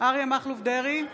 אריה מכלוף דרעי,